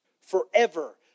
Forever